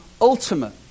ultimate